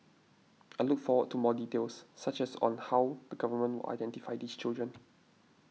I look forward to more details such as on how the government identify these children